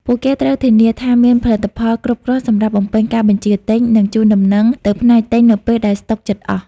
ពួកគេត្រូវធានាថាមានផលិតផលគ្រប់គ្រាន់សម្រាប់បំពេញការបញ្ជាទិញ និងជូនដំណឹងទៅផ្នែកទិញនៅពេលដែលស្តុកជិតអស់។